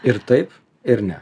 ir taip ir ne